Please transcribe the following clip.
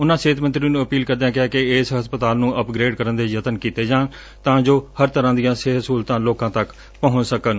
ਉਨੂਾ ਸਿਹਤ ਮੰਤਰੀ ਨੂੰ ਅਪੀਲ ਕਰਦਿਆਂ ਕਿਹਾ ਕਿ ਇਸ ਹਸਪਤਾਲ ਨੂੰ ਅਪਗ੍ਰੇਡ ਕਰਨ ਦੇ ਯਤਨ ਕੀਤੇ ਜਾਣ ਤਾਂ ਜੋ ਹਰ ਤਰਾਂ ਦੀਆਂ ਸਿਹਤ ਸਹੁਲਤਾਂ ਲੋਕਾਂ ਤੱਕ ਪਹੁੰਚ ਸਕਣ